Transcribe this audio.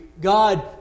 God